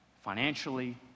financially